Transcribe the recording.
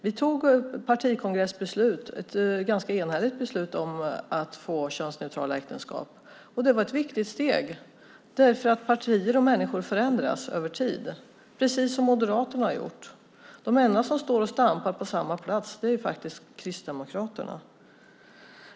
Vi fattade ett ganska enhälligt partikongressbeslut om att få könsneutrala äktenskap, och det var ett viktigt steg eftersom partier och människor förändras över tid. Det har Moderaterna också gjort. De enda som står och stampar på samma plats är faktiskt Kristdemokraterna.